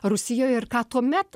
rusijoj ir ką tuomet